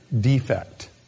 defect